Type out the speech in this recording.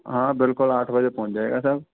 हाँ बिकुल आठ बजे पहुंच जाएगा सर